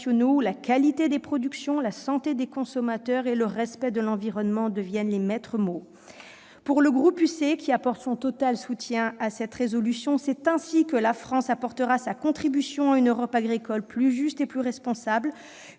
la qualité des productions, la santé des consommateurs et le respect de l'environnement deviennent les maîtres mots. Pour le groupe Union Centriste, qui apporte son total soutien à cette résolution, c'est ainsi que la France apportera sa contribution à une Europe agricole plus juste et plus responsable,